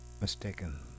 Mistaken